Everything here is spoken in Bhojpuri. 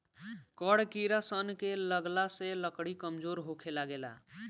कड़ किड़ा सन के लगला से लकड़ी कमजोर होखे लागेला